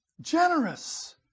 generous